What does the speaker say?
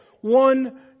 one